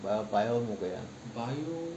bio bio 不懂什么鬼 lah